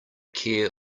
care